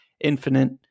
infinite